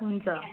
हुन्छ